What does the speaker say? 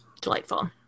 delightful